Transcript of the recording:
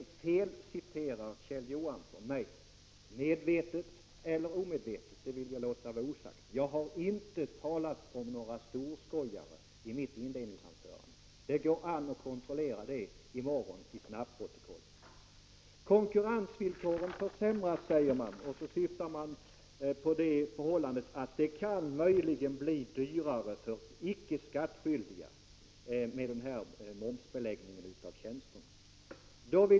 Kjell Johansson felciterade mig, medvetet eller omedvetet vill jag låta vara osagt. Jag har i mitt inledningsanförande inte talat om några storskojare. Det går an att i morgon kontrollera detta i snabbprotokollet. Konkurrensvillkoren försämras, säger reservanterna. De syftar då på det förhållandet att det möjligen kan bli dyrare för icke skattskyldiga med den föreslagna momsbeläggningen av tjänster.